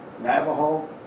Navajo